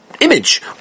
image